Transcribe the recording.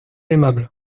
aimables